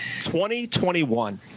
2021